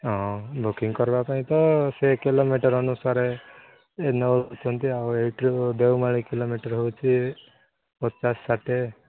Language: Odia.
ହଁ ବୁକିଂ କରିବାପାଇଁ ତ ସେ କିଲୋମିଟର୍ ଅନୁସାରେ ନେଉଛନ୍ତି ଆଉ ଏଇଠୁ ଦେଓମାଳି କିଲୋମିଟର୍ ହେଉଛି ପଚାଶ ଷାଠିଏ